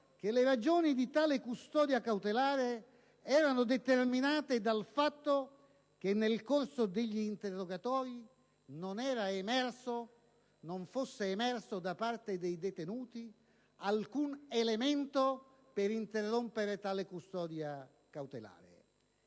che le ragioni di custodia cautelare fossero determinate dal fatto che nel corso degli interrogatori non emergesse alcun elemento per interrompere tale custodia cautelare.